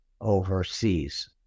overseas